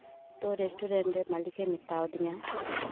ᱛᱚ ᱨᱮᱥᱴᱩᱨᱮᱱᱴ ᱨᱮᱱ ᱢᱟᱹᱞᱤᱠ ᱮ ᱢᱮᱛᱟ ᱫᱤᱧᱟ